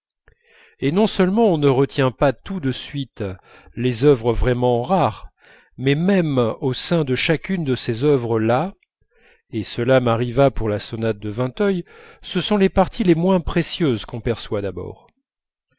et non seulement on ne retient pas tout de suite les œuvres vraiment rares mais même au sein de chacune de ces œuvres là et cela m'arriva pour la sonate de vinteuil ce sont les parties les moins précieuses qu'on perçoit d'abord